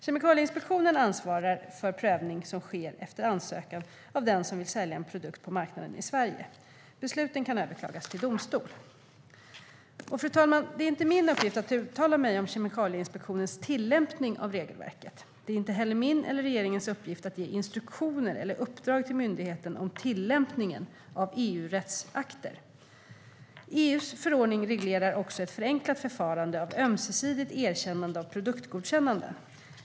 Kemikalieinspektionen ansvarar för prövning som sker efter ansökan av den som vill sälja en produkt på marknaden i Sverige. Besluten kan överklagas till domstol.EU:s förordning reglerar också ett förenklat förfarande av ömsesidigt erkännande av produktgodkännanden.